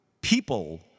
people